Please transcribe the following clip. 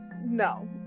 No